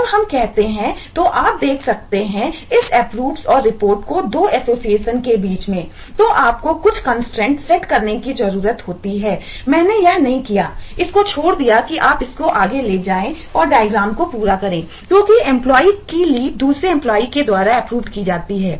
जब हम कहते हैं तो आप देख सकते हैं इस अप्रूव्स है